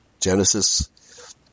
Genesis